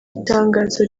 itangazo